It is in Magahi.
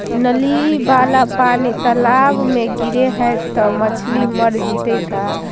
नली वाला पानी तालाव मे गिरे है त मछली मर जितै का?